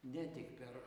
ne tik per